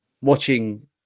watching